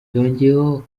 yongeyeho